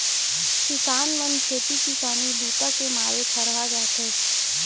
किसान मन खेती किसानी बूता के मारे थरहा जाथे